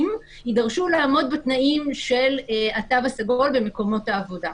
חיוניים יידרשו לעמוד בתנאים של התו הסגול במקומות העבודה.